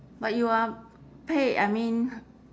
but you are paid I mean